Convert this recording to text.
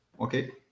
okay